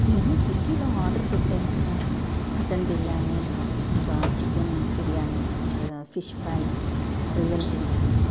నేను స్విగ్గీలో ఆర్డర్ పెట్టాను కదా మటన్ బిర్యానీ ఇంకా చికెన్ బిర్యానీ ఇంకా ఫిష్ ఫ్రై రొయ్యల బిర్యానీ